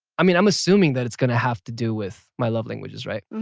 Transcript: i mean, i'm assuming that it's gonna have to do with my love languages, right?